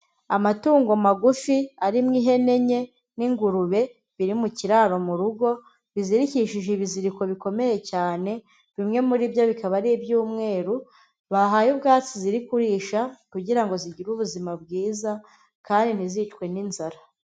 Amatungo magufi arimo ihene enye n'ingurube biri mu kiraro mu rugo, bizirikishije ibiziriko bikomeye cyane bimwe muri byo bikaba ari iby'umweru, bahaye ubwatsi ziri kurisha kugira ngo zigire ubuzima bwiza kandi ntizicwe n'inzara.